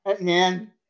man